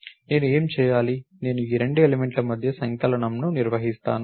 నేను ఏమి చేయాలి నేను ఈ రెండు ఎలిమెంట్ల మధ్య సంకలనంని నిర్వహిస్తాను